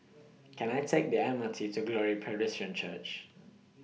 Can I Take The M R T to Glory Presbyterian Church